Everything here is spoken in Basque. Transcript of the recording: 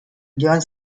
joan